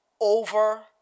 over